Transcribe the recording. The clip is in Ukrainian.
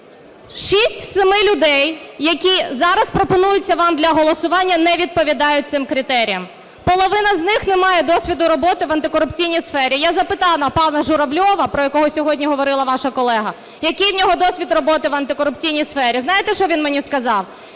з семи людей, які зараз пропонуються вам для голосування, не відповідають цим критеріям. Половина з них не має досвіду роботи в антикорупційній сфері. Я запитала пана Журавльова, про якого сьогодні говорила ваша колега, який у нього досвід роботи в антикорупційній сфері. Знаєте, що він мені сказав?